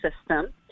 system